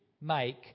make